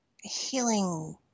healing